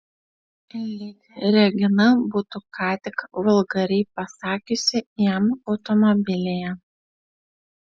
lyg regina būtų ką tik vulgariai pasakiusi jam automobilyje